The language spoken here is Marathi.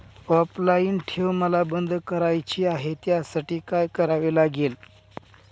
ऑनलाईन ठेव मला बंद करायची आहे, त्यासाठी काय करावे लागेल?